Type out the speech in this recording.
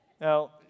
Now